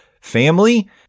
family